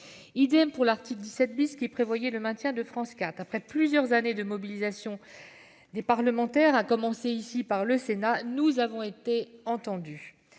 pour l'article 17 , qui prévoyait le maintien de France 4. Après plusieurs années de mobilisation des parlementaires, notamment ici au Sénat, nous avons été entendus